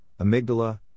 amygdala